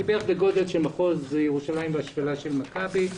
היא בערך בגודל של ירושלים והשפלה של מכבי.